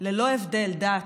ללא הבדל דת,